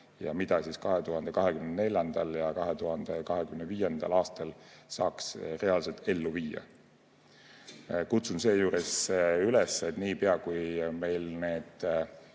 ja mida 2024. ja 2025. aastal saaks reaalselt ellu viia. Kutsun seejuures üles, et niipea, kui meil need